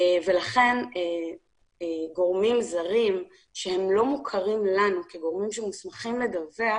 לכן גורמים זרים שהם לא מוכרים לנו כגורמים שמוסמכים לדווח